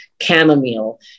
Chamomile